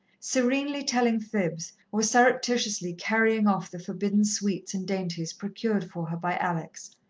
serenely telling fibs or surreptitiously carrying off the forbidden sweets and dainties procured for her by alex,